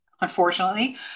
unfortunately